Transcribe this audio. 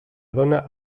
dóna